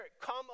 come